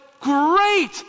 Great